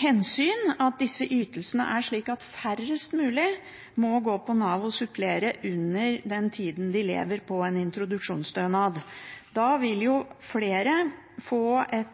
hensyn at disse ytelsene er slik at færrest mulig må gå på Nav og supplere i løpet av den tiden de lever på en introduksjonsstønad. Da vil også flere få